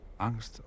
Angst